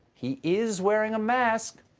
he is wearing a mask.